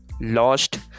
lost